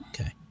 Okay